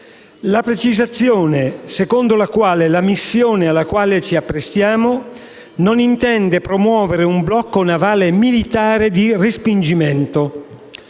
la precisazione che la missione in cui ci apprestiamo non intende promuovere un blocco navale militare di respingimento.